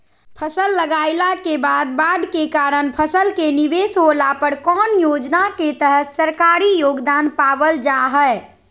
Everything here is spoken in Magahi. फसल लगाईला के बाद बाढ़ के कारण फसल के निवेस होला पर कौन योजना के तहत सरकारी योगदान पाबल जा हय?